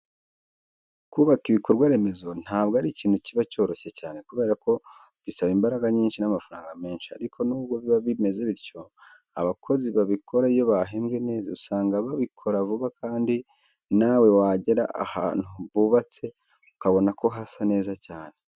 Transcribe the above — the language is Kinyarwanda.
Kubaka ibikorwa remezo ntabwo ari ikintu kiba cyoroshye cyane kubera ko bisaba imbaraga nyinshi n'amafaranga menshi, ariko nubwo biba bimeze bityo, abakozi babikora iyo bahembwe neza usanga babikora vuba kandi nawe wagera ahantu bubatse ukabona ko hasa neza cyane.